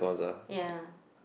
ya